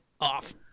off